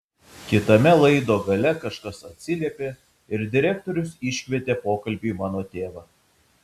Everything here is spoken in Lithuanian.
kitame laido gale kažkas atsiliepė ir direktorius iškvietė pokalbiui mano tėvą